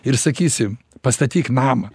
ir sakysim pastatyk namą